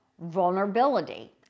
vulnerability